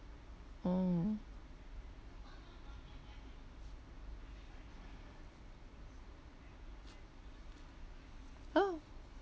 mm oh